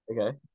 Okay